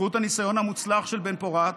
בזכות הניסיון המוצלח של בן-פורת,